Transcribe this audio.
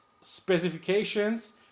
specifications